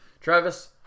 Travis